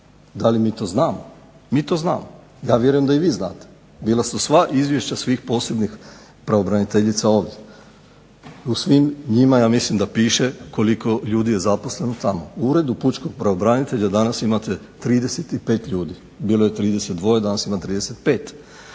da li mi to znamo. Mi to znamo, ja vjerujem da i vi znate. Bila su sva izvješća svih posebnih pravobraniteljica ovdje, u svim njima ja mislim da piše koliko ljudi je zaposleno tamo. U Uredu pučkog pravobranitelja danas imate 35 ljudi, bilo je 32, danas ima 35.